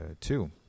two